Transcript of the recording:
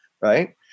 right